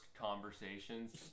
conversations